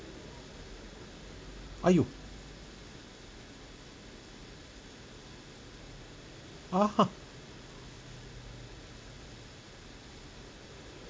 !aiyo! (uh huh)